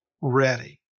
ready